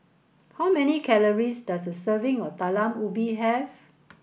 how many calories does a serving of Talam Ubi Have